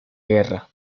guerra